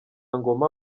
ngoma